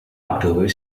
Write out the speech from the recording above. october